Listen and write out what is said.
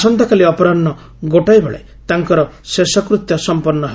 ଆସନ୍ତାକାଲି ଅପରାହୁ ଗୋଟାଏ ବେଳେ ତାଙ୍କର ଶେଷକୃତ୍ୟ ସମ୍ପନ୍ନ ହେବ